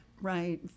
Right